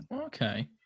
Okay